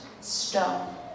stone